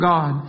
God